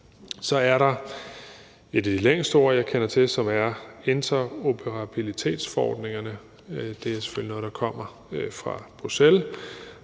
Så er der et af de længste ord, jeg kender til, og det er interoperabilitetsforordningerne. Det er selvfølgelig noget, der kommer fra Bruxelles,